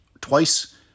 twice